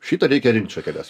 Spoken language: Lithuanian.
šitą reikia rinkt šakeles